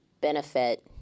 benefit